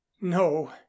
no